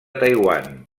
taiwan